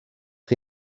chi